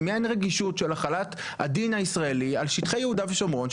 עניין רגישות של החלת הדין הישראלי על שטחי יהודה ושומרון,